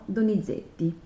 Donizetti